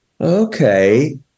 okay